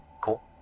Cool